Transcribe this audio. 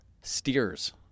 Steers